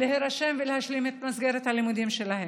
להירשם ולהשלים את מסגרת הלימודים שלהם.